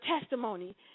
testimony